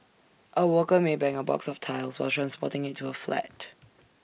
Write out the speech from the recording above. A worker may bang A box of tiles while transporting IT to A flat